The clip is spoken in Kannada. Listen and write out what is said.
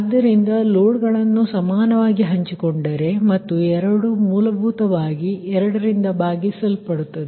ಆದ್ದರಿಂದ ಲೋಡ್ಗಳನ್ನು ಸಮಾನವಾಗಿ ಹಂಚಿಕೊಂಡರೆ ಮತ್ತು ಎರಡೂ ಮೂಲಭೂತವಾಗಿ 2 ರಿಂದ ಭಾಗಿಸಲ್ಪಡುತ್ತವೆ